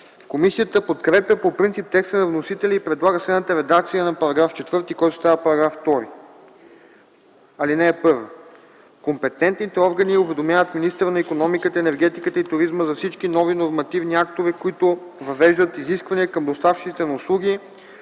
Комисията подкрепя по принцип текста на вносителя и предлага следната редакция на § 4, който става § 2: „§ 2. (1) Компетентните органи уведомяват министъра на икономиката, енергетиката и туризма за всички нови нормативни актове, които въвеждат изисквания към доставчиците на услуги,